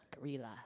Gorilla